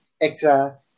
extra